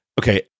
okay